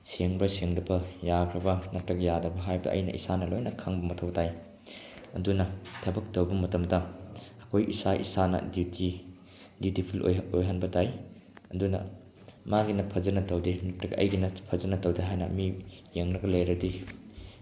ꯁꯦꯡꯕ ꯁꯦꯡꯗꯕ ꯌꯥꯈ꯭ꯔꯕ꯭ꯔꯥ ꯅꯠꯇꯔꯒ ꯌꯦꯗ꯭ꯔꯕꯥ ꯍꯥꯏꯕꯗꯨ ꯑꯩꯅ ꯏꯁꯥꯅ ꯂꯣꯏꯅ ꯈꯪꯕ ꯃꯊꯧ ꯇꯥꯏ ꯑꯗꯨꯅ ꯊꯕꯛ ꯇꯧꯕ ꯃꯇꯝꯗ ꯑꯩꯈꯣꯏ ꯏꯁꯥ ꯏꯁꯥꯅ ꯗ꯭ꯌꯨꯇꯤ ꯗ꯭ꯌꯨꯇꯤꯐꯨꯜ ꯑꯣꯏꯍꯟꯕ ꯇꯥꯏ ꯑꯗꯨꯅ ꯃꯥꯒꯤꯅ ꯐꯖꯅ ꯇꯧꯗꯦ ꯅꯠꯇꯔꯒ ꯑꯩꯒꯤꯅ ꯐꯖꯅ ꯇꯧꯗꯦ ꯍꯥꯏꯅ ꯃꯤ ꯌꯦꯡꯂꯒ ꯂꯩꯔꯗꯤ